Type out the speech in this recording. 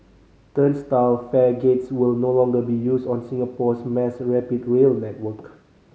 turnstile fare gates will no longer be used on Singapore's mass rapid rail network